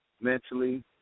mentally